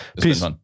Peace